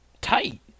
tight